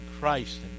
Christ